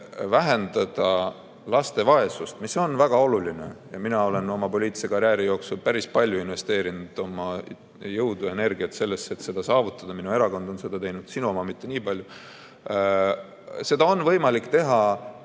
vähendada laste vaesust – see on väga oluline teema ja mina olen oma poliitilise karjääri jooksul päris palju investeerinud oma jõudu ja energiat sellesse, et seda saavutada, minu erakond on seda teinud, sinu oma mitte nii palju –, on võimalik teha